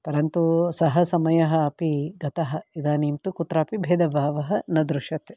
परन्तु सः समयः अपि गतः इदानीं तु कुत्रापि भेदभावः न दृश्यते